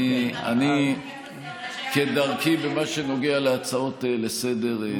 אני מתחייב פה שמה שאני אמרתי בשם המשרד היה נכון.